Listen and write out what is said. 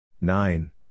Nine